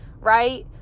right